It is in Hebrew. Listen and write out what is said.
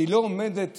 שלא עומדת